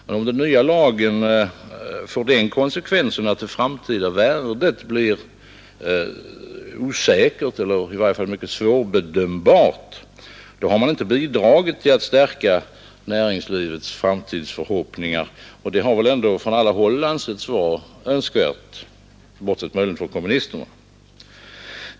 Men om den nya lagen får den konsekvensen att det framtida värdet blir osäkert eller i varje fall mycket svårbedömbart har man inte bidragit till att stärka näringslivets framtidsförhoppningar, och det har väl ändå från alla håll ansetts vara önskvärt — bortsett möjligen från kommunisterna.